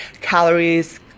calories